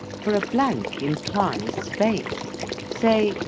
for a blank implies space say,